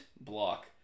block